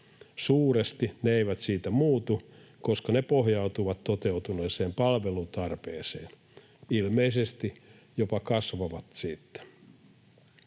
Suuresti ne eivät siitä muutu, koska ne pohjautuvat toteutuneeseen palvelutarpeeseen, ilmeisesti jopa kasvavat siitä.